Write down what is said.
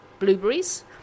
Blueberries